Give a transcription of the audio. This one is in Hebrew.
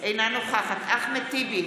אינה נוכחת אחמד טיבי,